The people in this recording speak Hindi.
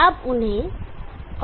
अब उन्हें कॉपर स्ट्रिप रहने दें